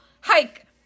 Hike